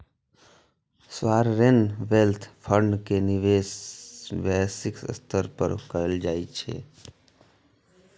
sovereign wealth fund के निवेश वैश्विक स्तर पर कैल जाइ छै